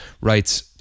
writes